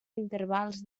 intervals